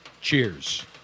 cheers